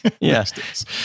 Yes